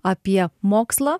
apie mokslą